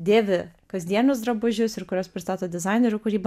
dėvi kasdienius drabužius ir kurios pristato dizainerių kūrybą